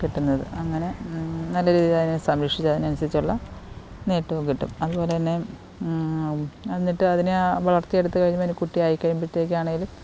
കിട്ടുന്നത് അങ്ങനെ നല്ല രീതിയിൽ അതിനെ സംരക്ഷിച്ച് അതിന് അനുസരിച്ചുള്ള നേട്ടവും കിട്ടും അതുപോലെ തന്നെ എന്നിട്ടതിനെ വളർത്തിയെടുത്ത് കഴിയുമ്പം അതിന് കുട്ടി ആയിക്കഴിയുമ്പോഴത്തേയ്ക്ക് ആണെങ്കിലും